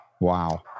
Wow